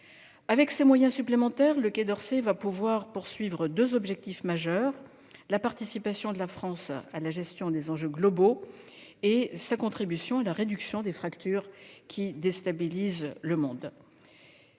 Avec ces moyens supplémentaires, le Quai d'Orsay va pouvoir poursuivre deux objectifs majeurs : la participation de la France à la gestion des enjeux globaux et sa contribution à la réduction des fractures qui déstabilisent le monde.